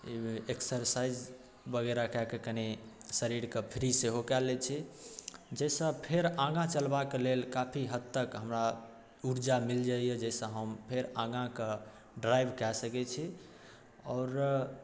exercise वगैरह कएके कनी शरीरके फ्री सेहो कए लै छी जाहिसँ फेर आगाँ चलबाक लेल काफी हदतक हमरा ऊर्जा मिल जाइए जैसँ हम फेर आगाँके ड्राइव कए सकै छी आओर